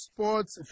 Sports